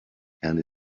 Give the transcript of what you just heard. candy